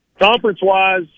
Conference-wise